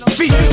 feet